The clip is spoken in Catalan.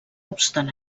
obstant